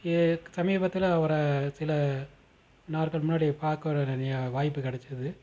ஏ சமீபத்தில் அவரை சில நாட்கள் முன்னாடி பார்க்குற வாய்ப்பு கிடச்சிது